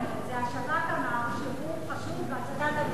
זה השב"כ אמר שהוא חשוד בהצתת המסגד,